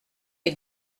est